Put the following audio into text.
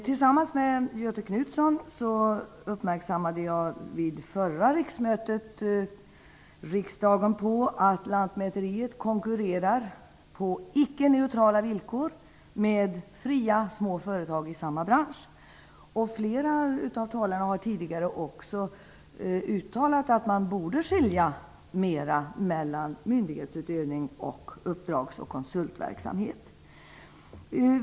Tillsammans med Göthe Knutson uppmärksammade jag vid förra riksmötet riksdagen på att Lantmäteriverket konkurrerar på icke neutrala villkor med fria små företag i samma bransch. Flera av talarna har här tidigare uttalat att man borde skilja mer mellan myndighetsutövning och uppdrags och konsultverksamhet.